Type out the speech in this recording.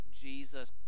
Jesus